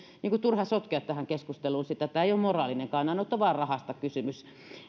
on turha sotkea tähän keskusteluun sitä tämä ei ole moraalinen kannanotto vaan on rahasta kysymys